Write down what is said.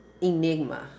enigma